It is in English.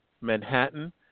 Manhattan